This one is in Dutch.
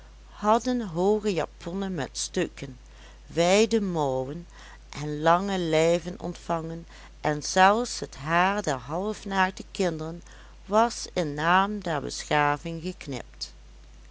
hadden hooge japonnen met stukken wijde mouwen en lange lijven ontvangen en zelfs het haar der halfnaakte kinderen was in naam der beschaving geknipt